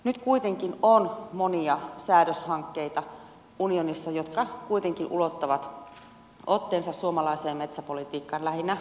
nyt kuitenkin on monia säädöshankkeita unionissa jotka kuitenkin ulottavat otteensa suomalaiseen metsäpolitiikkaan lähinnä ilmastosäädösten kautta